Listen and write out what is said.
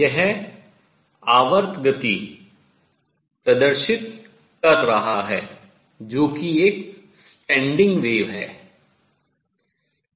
यह आवर्त गति प्रदर्शित कर रहा है जो कि एक standing wave अप्रगामी तरंग है